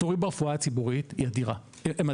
התורים ברפואה הציבורית הם אדירים.